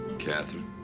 katherine.